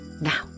Now